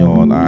on